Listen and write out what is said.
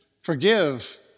forgive